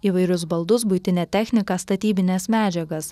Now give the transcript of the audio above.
įvairius baldus buitinę techniką statybines medžiagas